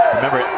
Remember